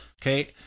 Okay